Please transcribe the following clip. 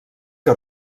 que